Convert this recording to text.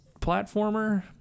platformer